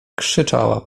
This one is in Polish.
krzyczała